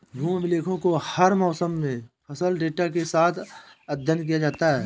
भूमि अभिलेखों को हर मौसम में फसल डेटा के साथ अद्यतन किया जाता है